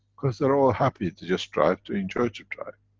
because they are all happy to just drive, to enjoy to drive.